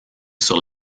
sur